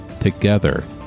Together